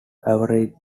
average